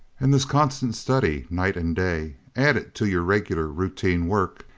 and this constant study, night and day, added to your regular routine work,